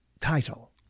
Title